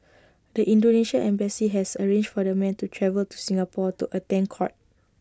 the Indonesian embassy has arranged for the men to travel to Singapore to attend court